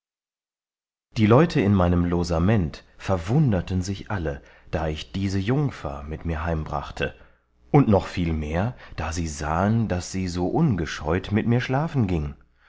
die leute in meinem losament verwunderten sich alle da ich diese jungfer mit mir heimbrachte und noch viel mehr da sie sahen daß sie so ungescheut mit mir schlafen gieng